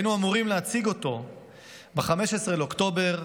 היינו אמורים להציג אותו ב־15 באוקטובר,